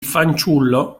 fanciullo